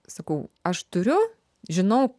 sakau aš turiu žinau